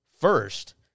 first